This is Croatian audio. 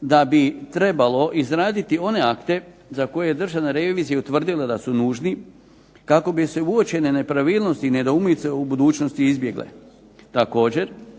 da bi trebalo izraditi one akte za koje je državna revizija utvrdila da su nužni kako bi se uočene nepravilnosti i nedoumice u budućnosti izbjegle. Također,